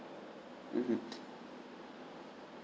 mmhmm